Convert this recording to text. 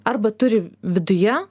arba turi viduje